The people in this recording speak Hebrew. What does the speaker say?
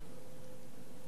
האם מותר?